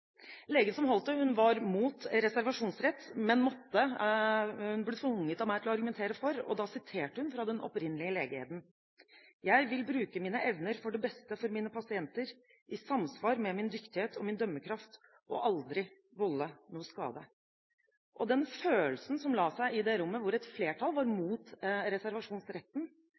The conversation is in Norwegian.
som holdt det, var imot reservasjonsrett, men hun ble tvunget av meg til å argumentere for, og da siterte hun fra den opprinnelige legeeden: «Jeg vil bruke mine evner for det beste for mine pasienter i samsvar med min dyktighet og min dømmekraft og aldri volde noe skade.» Den følelsen som la seg i det rommet, hvor et flertall var imot reservasjonsretten